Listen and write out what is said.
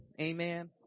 Amen